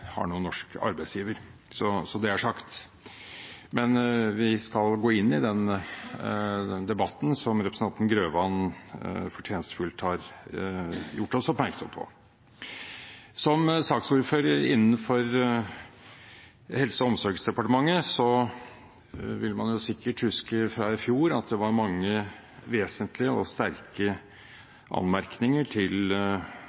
har noen norsk arbeidsgiver – så det er sagt. Men vi skal gå inn i den debatten som representanten Grøvan fortjenstfullt har gjort oss oppmerksom på. Som ordfører for Helse- og omsorgsdepartementet: Man vil sikkert huske fra i fjor at det var mange vesentlige og sterke